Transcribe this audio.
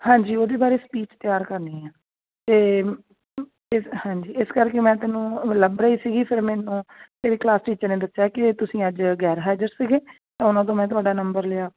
ਹਾਂਜੀ ਉਹਦੇ ਬਾਰੇ ਸਪੀਚ ਤਿਆਰ ਕਰਨੀ ਆ ਅਤੇ ਹਾਂਜੀ ਇਸ ਕਰਕੇ ਮੈਂ ਤੈਨੂੰ ਲੱਭ ਰਹੀ ਸੀਗੀ ਫਿਰ ਮੈਨੂੰ ਮੇਰੀ ਕਲਾਸ ਟੀਚਰ ਨੇ ਦੱਸਿਆ ਕਿ ਤੁਸੀਂ ਅੱਜ ਗੈਰ ਹਾਜ਼ਰ ਸੀਗੇ ਤਾਂ ਉਹਨਾਂ ਤੋਂ ਮੈਂ ਤੁਹਾਡਾ ਨੰਬਰ ਲਿਆ